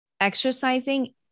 exercising